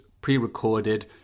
pre-recorded